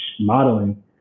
modeling